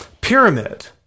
pyramid